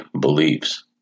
beliefs